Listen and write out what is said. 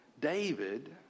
David